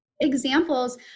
examples